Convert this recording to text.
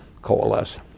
coalesce